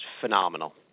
phenomenal